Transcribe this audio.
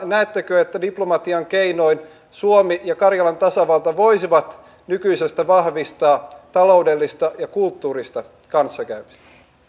että diplomatian keinoin suomi ja karjalan tasavalta voisivat nykyisestä vahvistaa taloudellista ja kulttuurista kanssakäymistä